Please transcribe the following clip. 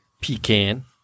pecan